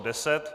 10.